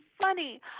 funny